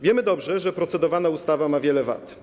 Wiemy dobrze, że procedowana ustawa ma wiele wad.